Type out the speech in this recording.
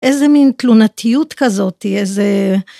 איזה מין תלונתיות כזאתי, איזה...